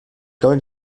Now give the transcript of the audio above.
going